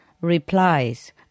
replies